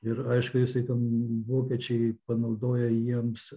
ir aišku jisai ten vokiečiai panaudoja jiems